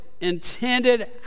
intended